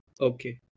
Okay